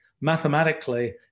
mathematically